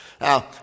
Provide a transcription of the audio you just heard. Now